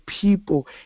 people